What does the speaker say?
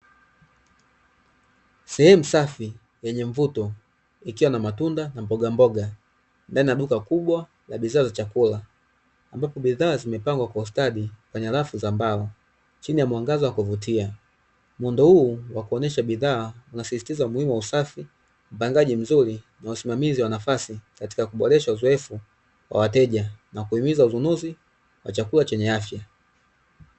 Sehemu safi yenye mvuto, ikiwa na matunda na mbogamboga ndani ya duka kubwa la bidhaa za chakula, ambapo bidhaa zimepangwa kwa ustadi kwenye rafu za mbao chini ya mwangaza wa kuvutia. Muundo huu wa kuonyesha bidhaa unasisitiza umuhimu wa usafi, upangaji mzuri na usimamizi wa nafasi katika kuboresha uzoefu wa wateja na kuhimiza ununuzi wa chakula chenye afya.